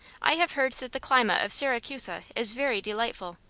i have heard that the climate of siracusa is very delightful.